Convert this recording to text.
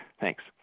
Thanks